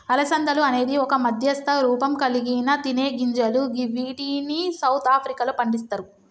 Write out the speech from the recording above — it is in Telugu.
అలసందలు అనేది ఒక మధ్యస్థ రూపంకల్గిన తినేగింజలు గివ్విటిని సౌత్ ఆఫ్రికాలో పండిస్తరు